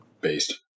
Based